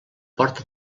porta